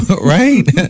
right